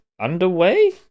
underway